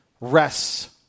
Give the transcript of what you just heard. rests